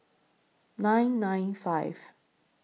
nine nine five